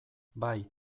bai